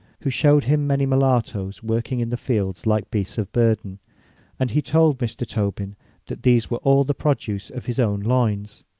who shewed him many mulattoes working in the fields like beasts of burden and he told mr. tobin these were all the produce of his own loins!